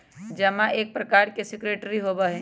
जमा एक प्रकार के सिक्योरिटी होबा हई